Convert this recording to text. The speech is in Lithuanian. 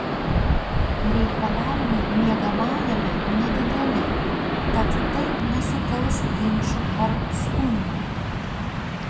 reikalavimai miegamajame nedideli tad tai nesukels ginčų ar skundų